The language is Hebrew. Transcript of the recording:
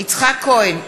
יצחק כהן,